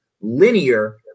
linear